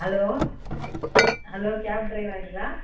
hello hello cab ட்ரைவர்ங்களா